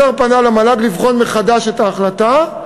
השר פנה למל"ג לבחון מחדש את ההחלטה,